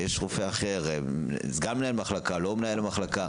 ויש רופא אחר סגן מנהל מחלקה ולא מנהל מחלקה